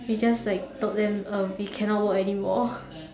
we just like we told them uh we cannot work anymore